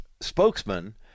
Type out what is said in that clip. spokesman